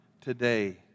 today